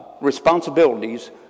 responsibilities